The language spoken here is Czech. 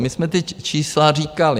My jsme ta čísla říkali.